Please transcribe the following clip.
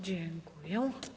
Dziękuję.